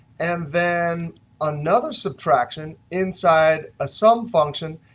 and then another subtraction inside a sum function,